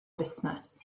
busnes